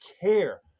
care